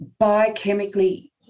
biochemically